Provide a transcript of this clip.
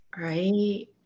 right